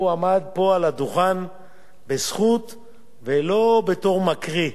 הוא עמד פה על הדוכן בזכות, ולא בתור מקריא.